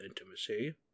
intimacy